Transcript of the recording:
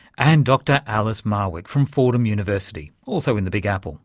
and dr alice marwick from fordham university, also in the big apple.